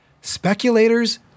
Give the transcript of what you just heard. speculators